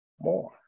more